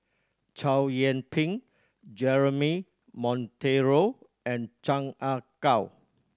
Chow Yian Ping Jeremy Monteiro and Chan Ah Kow